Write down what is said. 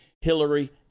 Hillary